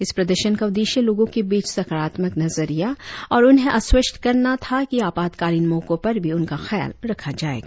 इस प्रदर्शन का उद्देश्य लोगों के बीच सकारात्मक नजरिया और उन्हें आश्वस्त करना था कि आपातकालिन मौको पर भी उनका ख्याल रखा जाएगा